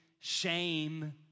shame